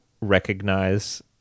recognize